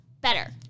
better